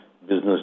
business